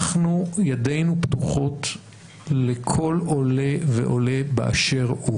ידינו פתוחות לכל עולה ועולה באשר הוא